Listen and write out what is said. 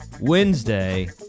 Wednesday